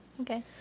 Okay